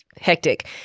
hectic